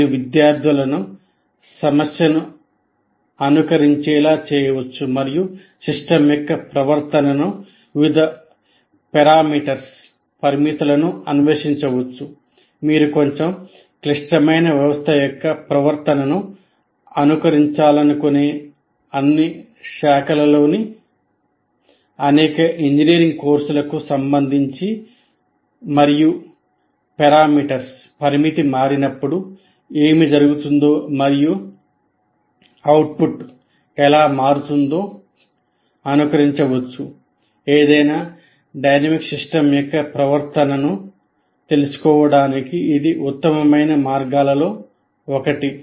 మీరు విద్యార్థులను సమస్యను అనుకరించేలా చేయవచ్చు మరియు సిస్టమ్ యొక్క ప్రవర్తనను వివిధ పారామితులతో తెలుసుకోవడానికి ఇది ఉత్తమమైన మార్గాలలో ఒకటి